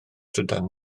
trydan